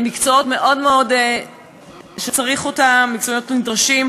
הם מקצועות שצריך אותם מאוד, הם מקצועות נדרשים.